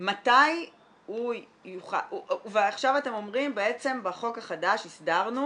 מתי הוא יוכל --- ועכשיו אתם אומרים בעצם בחוק החדש הסדרנו